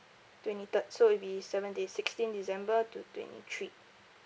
twenty third so it'll be seven days sixteen december to twenty three